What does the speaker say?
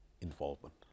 involvement